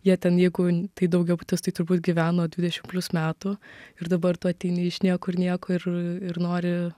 jie ten jeigu tai daugiabutis tai turbūt gyveno dvidešim plius metų ir dabar tu ateini iš niekur nieko ir ir nori